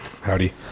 Howdy